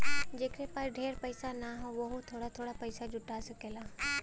जेकरे पास ढेर पइसा ना हौ वोहू थोड़ा थोड़ा पइसा जुटा सकेला